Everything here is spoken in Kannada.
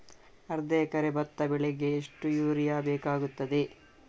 ಅರ್ಧ ಎಕರೆ ಭತ್ತ ಬೆಳೆಗೆ ಎಷ್ಟು ಯೂರಿಯಾ ಬೇಕಾಗುತ್ತದೆ?